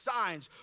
signs